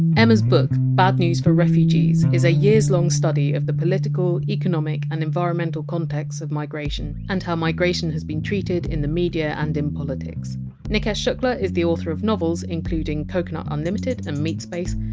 emma! s book bad news for refugees is a years-long study of the political, economic and environmental contexts of migration, and how migration has been treated in the media and in politics nikesh shukla is the author of novels including coconut unlimited and meatspace.